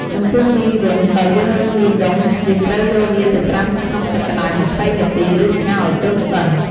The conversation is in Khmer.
ចំពោះមីវិញ បើយើងរើសមីដុំ យើងត្រូវយកវាទៅត្រាំក្នុងទឹកក្តៅ ២០នាទី ឬស្ងោរឱ្យទន់សិន។